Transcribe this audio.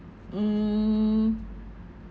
mm